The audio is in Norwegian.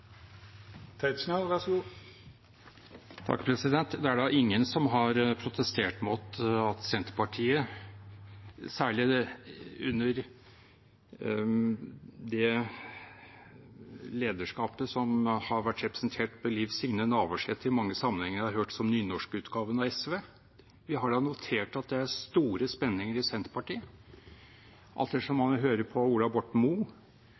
har protestert mot Senterpartiet, særlig under det lederskapet som har vært representert ved Liv Signe Navarsete, som jeg i mange sammenhenger har hørt som nynorskutgaven av SV, men vi har da notert at det er store spenninger i Senterpartiet – alt etter om man hører på Ola